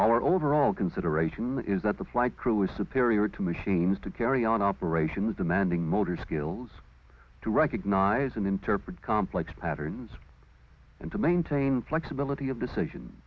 our overall consideration is that the flight crew is superior to machines to carry on operations demanding motor skills to recognize and interpret complex patterns and to maintain flexibility of decision